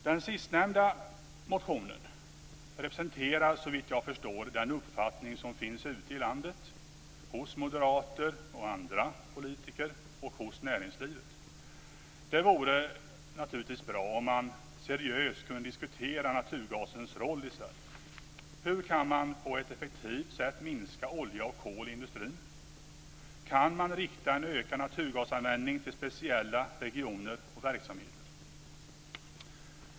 Den sistnämnda motionen representerar, såvitt jag förstår, den uppfattning som finns ute i landet hos moderater och andra politiker och hos näringslivet. Det vore naturligtvis bra om man seriöst kunde diskutera naturgasens roll i Sverige. Hur kan man på ett effektivt sätt minska olja och kol i industrin? Kan man rikta en ökad naturgasanvändning till speciella regioner och verksamheter?